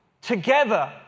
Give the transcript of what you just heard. together